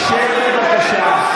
שב, בבקשה.